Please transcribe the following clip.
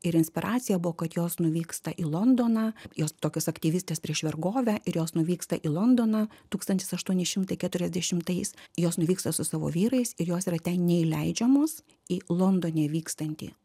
ir inspiracija buvo kad jos nuvyksta į londoną jos tokios aktyvistės prieš vergovę ir jos nuvyksta į londoną tūkstantis aštuoni šimtai keturiasdešimtais jos nuvyksta su savo vyrais ir jos yra ten neįleidžiamos į londone vykstantį